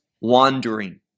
wandering